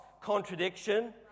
contradiction